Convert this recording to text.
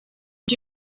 byo